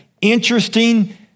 interesting